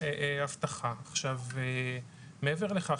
מעבר לכך,